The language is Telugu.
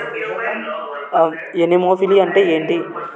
ఎనిమోఫిలి అంటే ఏంటి?